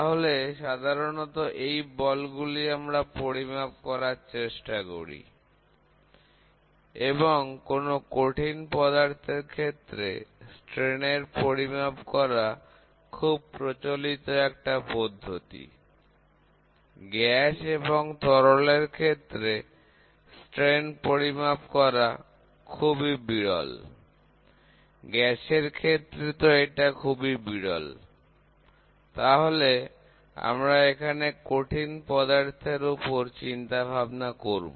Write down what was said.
তাহলে সাধারণত এই বল গুলি আমরা পরিমাপ করার চেষ্টা করি এবং কোন কঠিন পদার্থের ক্ষেত্রে বিকৃতির পরিমাপ করা খুব প্রচলিত একটা পদ্ধতি গ্যাস এবং তরলের ক্ষেত্রে বিকৃতির পরিমাপ করা খুবই বিরল গ্যাসের ক্ষেত্রে তো এটা খুবই বিরল তাহলে আমরা এখানে কঠিন পদার্থের উপর চিন্তা ভাবনা করব